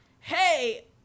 hey